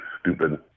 stupid